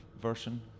version